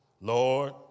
Lord